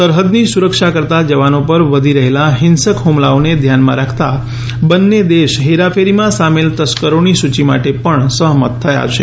સરહદની સુરક્ષા કરતાં જવાનો પર વધી રહેલા હિંસક હ્મલાઓને ધ્યાનમાં રાખતાં બંન્ને દેશ હેરાફેરીમાં સામેલ તસ્કરોની સૂચિ માટે પણ સહમત થયા છે